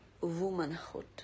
womanhood